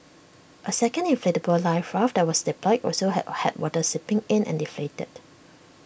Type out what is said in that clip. A second inflatable life raft that was deployed also have had water seeping in and deflated